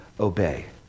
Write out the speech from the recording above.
Obey